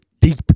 deep